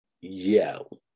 yo